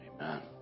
amen